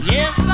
Yes